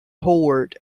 hoard